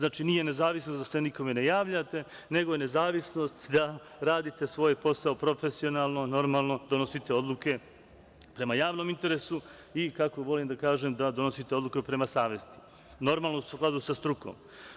Nije nezavisnost da se nikome ne javljate, nego je nezavisnost da radite svoj posao profesionalno, normalno, donosite odluke prema javnom interesu i kako volim da kažem, da donosite odluke prema savesti, normalno, u skladu sa strukom.